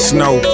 Snow